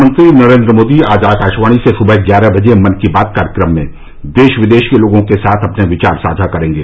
प्रधानमंत्री नरेन्द्र मोदी आज आकाशवाणी से सुबह ग्यारह बजे मन की बात कार्यक्रम में देश विदेश के लोगों के साथ अपने विचार साझा करेंगे